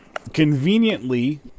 conveniently